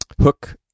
hook